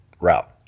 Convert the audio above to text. route